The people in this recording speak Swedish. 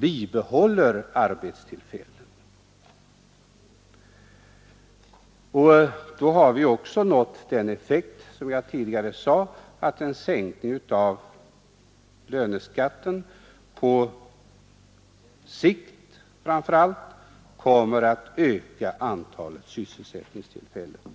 bibehåller arbetstillfällen. Då har vi också nått den effekt som jag tidigare nämnde, att en sänkning av löneskatten framför allt på sikt kommer att öka antalet sysselsättningstillfällen.